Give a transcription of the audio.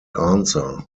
answer